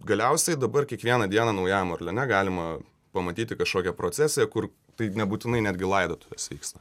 galiausiai dabar kiekvieną dieną naujajam orleane galima pamatyti kažkokią procesiją kur tai nebūtinai netgi laidotuvės vyksta